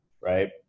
right